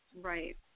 Right